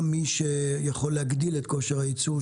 על מי שיכול להגדיל את כושר הייצור שלו?